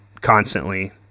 constantly